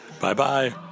Bye-bye